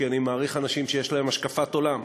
כי אני מעריך אנשים שיש להם השקפת עולם,